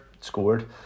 scored